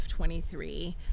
23